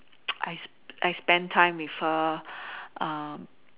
I I spent time with her um